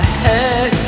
head